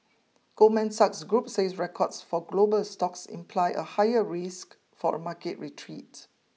Goldman Sachs Group says records for global stocks imply a higher risk for a market retreat